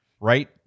right